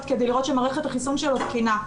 כדי לראות שמערכת החיסון שלו תקינה,